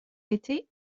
été